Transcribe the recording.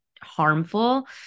harmful